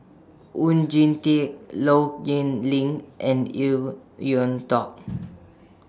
Oon Jin Teik Low Yen Ling and EU Yuan Tong